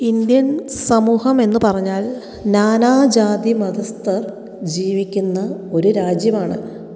Indian സമൂഹം എന്ന് പറഞ്ഞാൽ നാനാ ജാതി മതസ്ഥർ ജീവിക്കുന്ന ഒരു രാജ്യമാണ്